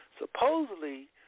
Supposedly